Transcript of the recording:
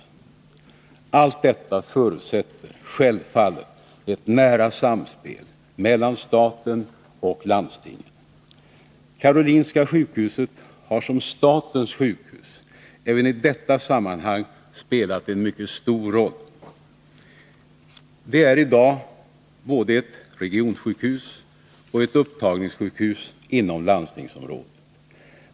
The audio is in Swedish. Allt detta förutsätter självfallet ett nära samspel mellan staten och landstingen. Karolinska sjukhuset har som statens sjukhus även i detta sammanhang spelat en stor roll. Det är i dag både ett regionsjukhus och ett upptagningssjukhus inom landstingsområdet.